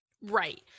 Right